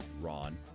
Ron